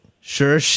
Sure